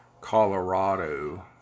Colorado